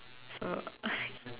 so